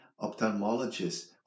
ophthalmologist